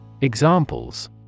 Examples